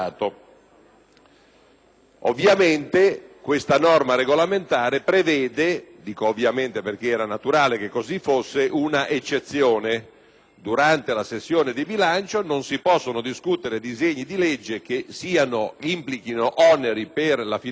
Ovviamente, questa norma regolamentare prevede - dico ovviamente perché era naturale che così fosse - un'eccezione: durante la sessione di bilancio non si possono discutere disegni di legge che implichino oneri per la finanza pubblica,